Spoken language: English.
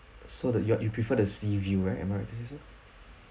so the yard you prefer the sea view right am I right to say so